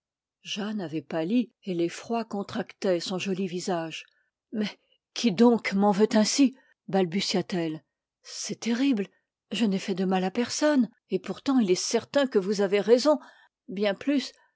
jeanne avait pâli et l'effroi contractait son joli visage mais qui donc m'en veut ainsi balbutia-t-elle c'est terrible je n'ai fait de mal à personne et pourtant il est certain que vous avez raison bien plus